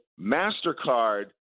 MasterCard